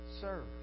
serve